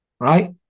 right